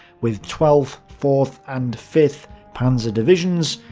with twelfth, fourth and fifth panzer divisions,